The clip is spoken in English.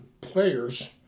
players